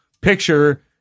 picture